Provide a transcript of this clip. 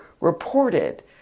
reported